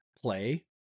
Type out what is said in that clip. play